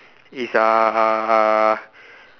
is uh